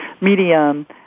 medium